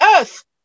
earth